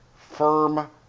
firm